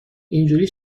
اینجوری